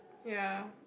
ya